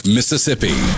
Mississippi